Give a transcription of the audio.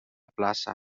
plaça